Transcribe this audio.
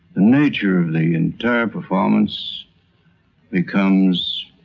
the nature of the entire performance becomes